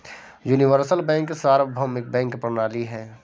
universal bank सार्वभौमिक bank प्रणाली है